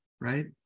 right